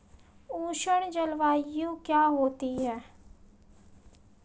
उष्ण जलवायु क्या होती है?